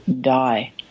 die